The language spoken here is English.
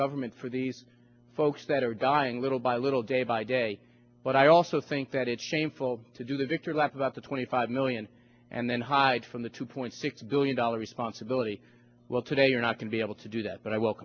government for these folks that are dying little by little day by day but i also think that it's shameful to do the victory lap about the twenty five million and then hide from the two point six billion dollar responsibility well today you're not going to be able to do that but i w